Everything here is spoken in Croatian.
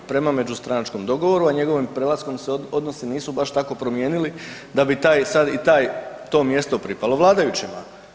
Prema međustranačkom dogovoru, a njegovim prelaskom se odnosi nisu baš tako promijenili da bi taj i taj, to mjesto pripalo vladajućima.